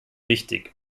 wichtig